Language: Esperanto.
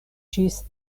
ĝis